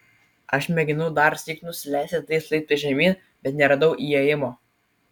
aš mėginau darsyk nusileisti tais laiptais žemyn bet neradau įėjimo